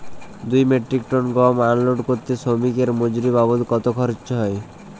দুই metric ton গম unload করতে শ্রমিক এর মজুরি বাবদ কত খরচ হয়?